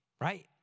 Right